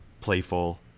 playful